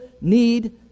need